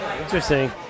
Interesting